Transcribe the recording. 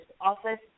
office